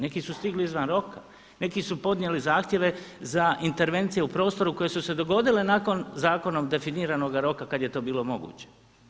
Neki su stigli izvan roka, neki su podnijeli zahtjeve za intervencije u prostoru koje su se dogodile nakon zakonom definiranoga roka kad je to bilo moguće.